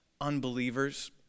unbelievers